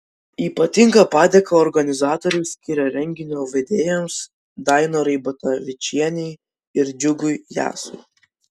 ypatingą padėką organizatoriai skiria renginio vedėjams dainorai batavičienei ir džiugui jasui